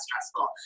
stressful